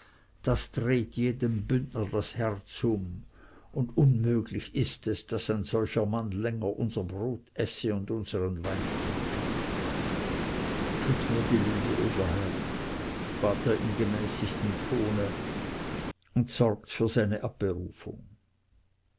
das dreht jedem bündner das herz um und unmöglich ist es daß ein solcher mann länger unser brot esse und unsern wein trinke tut mir die liebe edler herr bat er in gemäßigtem tone und sorgt für seine abberufung